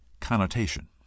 connotation